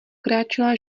kráčela